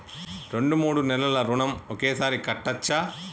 రెండు మూడు నెలల ఋణం ఒకేసారి కట్టచ్చా?